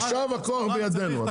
עכשיו הכוח בידנו.